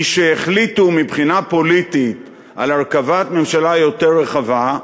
משהחליטו מבחינה פוליטית על הרכבת ממשלה יותר רחבה,